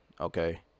Okay